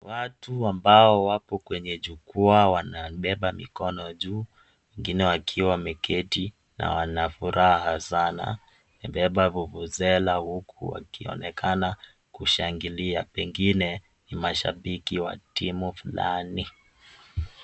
Watu ambao wako kwenye jukwaa wanabeba mikono juu, wengine wakiwa wameketi na wana furaha sana. Wamebeba vuvuzela huku wakionekana kushangili pengine, ni mashabiki wa timu fulani.